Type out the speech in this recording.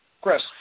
Chris